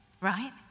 right